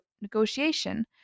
negotiation